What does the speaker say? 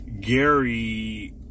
Gary